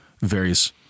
various